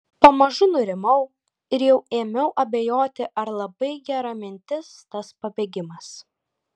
pamažu nurimau ir jau ėmiau abejoti ar labai gera mintis tas pabėgimas